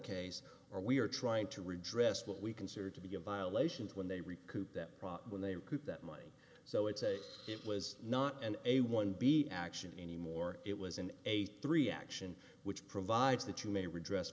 case are we are trying to redress what we consider to be a violation when they recoup that when they recoup that money so it's a it was not an a one b action anymore it was an eighty three action which provides that you may redress